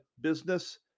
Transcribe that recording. business